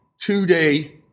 two-day